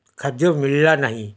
ଖାଦ୍ୟ ମିଳିଲା ନାହିଁ